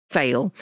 fail